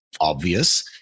obvious